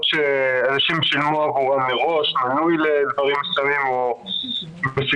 שאנשים שילמו עבורם מראש מנוי לדברים מסוימים וכו'.